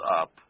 up